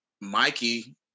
Mikey